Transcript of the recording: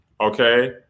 okay